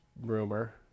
rumor